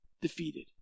defeated